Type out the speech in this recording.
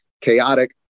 chaotic